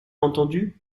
entendu